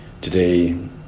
Today